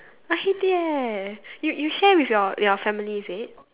I hate it eh you you share with your your family is it